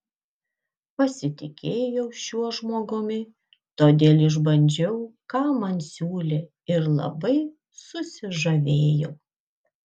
pasitikėjau šiuo žmogumi todėl išbandžiau ką man siūlė ir labai susižavėjau